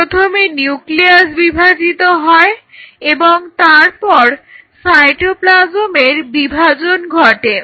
প্রথমে নিউক্লিয়াস বিভাজিত হয় এবং তারপর সাইটোপ্লাজমের বিভাজন ঘটে